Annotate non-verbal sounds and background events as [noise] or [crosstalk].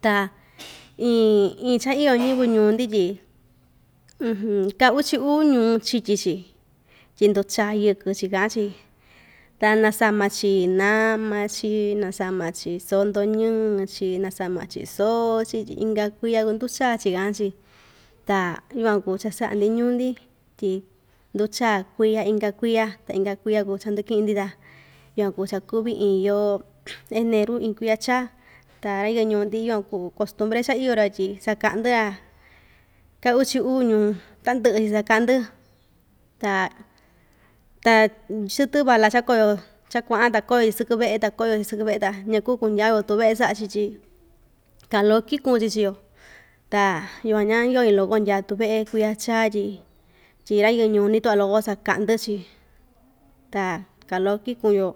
Ta [noise] iin iin cha iyo [noise] ñiyɨvɨ ñuu‑ndi tyi [hesitation] cha uchi uu ñuu chityi‑chi tyi nduu chaa yɨkɨ‑chi kaꞌan‑chi ta nasama‑chi nama‑chi nasama‑chi soo ndoo ñɨɨ‑chi nasama‑chi soo‑chi tyi inka kuiya kuu‑ndu chaa‑chi kaꞌan‑chi ta yukuan kuu cha saꞌa‑ndi ñuu‑ndi tyi nduchaa kuiya inka kuiya ta inka kuiya kuu cha ndɨkiꞌi‑ndi ta yukuan kuu cha kuvi iin yoo eneru iin kuiya chaa ta [unintelligible] ñuu‑ndi yukuan kuu costumbre cha iyo‑ra tyi sakaꞌdɨ‑ra ka uchi uu ñuu tandɨꞌɨ‑chi sakaꞌa‑ndi ta ta chɨtɨ vala cha koyo cha kuaꞌan ta koyo sɨkɨ veꞌe ta koyo‑chi sɨkɨ veꞌe ta ñakuu kundya‑yo tuveꞌe saꞌa‑yo tyi kaꞌa loko kichun‑chi chii‑yo ta yukuan ña yoo‑ñi loko ndyaa tuveꞌe kuiya chaa tyi tyi ra‑yɨɨ ñuu‑ndi tuꞌva loko sakaꞌdɨ‑chi ta kaꞌa loko kikun‑yo